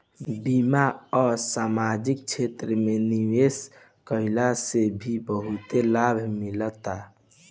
बीमा आ समाजिक क्षेत्र में निवेश कईला से भी बहुते लाभ मिलता